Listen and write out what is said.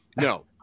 No